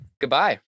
goodbye